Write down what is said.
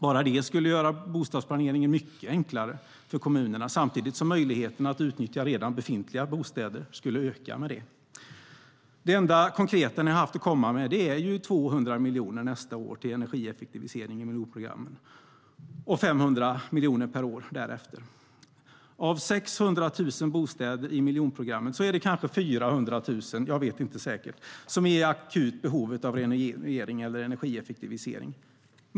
Bara det skulle göra bostadsplaneringen mycket enklare för kommunerna, samtidigt som möjligheten att utnyttja redan befintliga bostäder skulle öka. Det enda konkreta ni haft att komma med är 200 miljoner nästa år till energieffektivisering i miljonprogrammet och 500 miljoner per år därefter. Av 600 000 bostäder i miljonprogrammet är det kanske 400 000 - jag vet inte säkert - som är i akut behov av renovering eller energieffektivisering.